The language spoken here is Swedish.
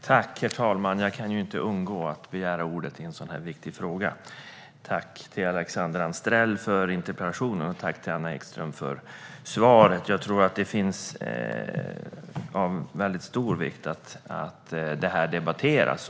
Herr talman! Jag kan inte undgå att begära ordet i en så viktig fråga. Tack, Alexandra Anstrell, för interpellationen, och tack, Anna Ekström, för svaret! Jag tror att det är av stor vikt att frågan debatteras.